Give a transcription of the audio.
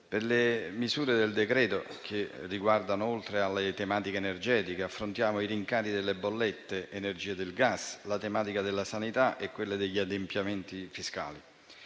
alle misure contenute nel decreto, oltre alle tematiche energetiche, affrontiamo i rincari delle bollette di energia e del gas, la tematica della sanità e quella degli adempimenti fiscali.